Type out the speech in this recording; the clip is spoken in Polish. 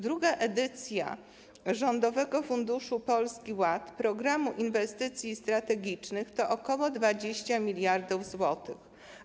Druga edycja Rządowego Funduszu Polski Ład: Programu Inwestycji Strategicznych to ok. 20 mld zł.